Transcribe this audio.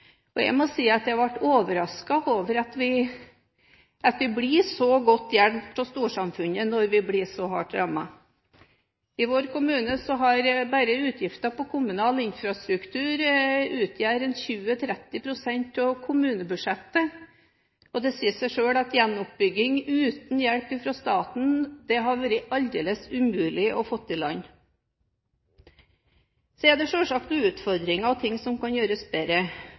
innbygger. Jeg må si at jeg er overrasket over at vi blir så godt hjulpet av storsamfunnet når vi blir så hardt rammet. I vår kommune har bare utgifter til kommunal infrastruktur utgjort 20–30 pst. av kommunebudsjettet, og det sier seg selv at gjenoppbygging uten hjelp fra staten hadde vært aldeles umulig å få i land. Så er det selvsagt noen utfordringer og ting som kan gjøres bedre.